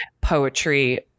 poetry